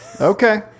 Okay